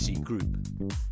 Group